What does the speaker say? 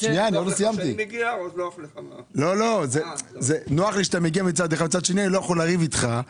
מצד אחד נוח לי שאתה מגיע ומצד שני אני לא יכול לריב איתך.